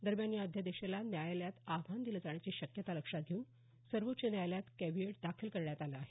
दरम्यान या अध्यादेशाला न्यायालयात आव्हान दिलं जाण्याची शक्यता लक्षात घेऊन सर्वोच्च न्यायालयात कॅव्हिएट दाखल करण्यात आलं आहे